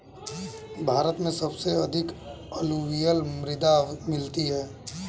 भारत में सबसे अधिक अलूवियल मृदा मिलती है